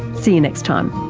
see you next time